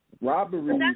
robbery